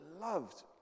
loved